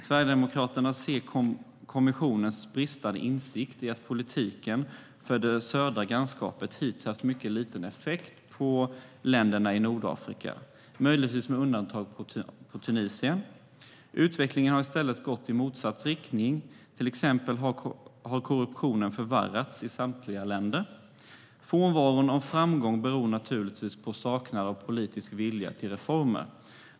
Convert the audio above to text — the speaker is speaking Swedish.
Sverigedemokraterna ser kommissionens bristande insikt i att politiken för det södra grannskapet hittills haft mycket liten effekt på länderna i Nordafrika, möjligen med undantag för Tunisien. Utvecklingen har i stället gått i motsatt riktning. Till exempel har korruptionen förvärrats i samtliga dessa länder. Frånvaron av framgång beror naturligtvis på att det saknats politisk vilja till reformer.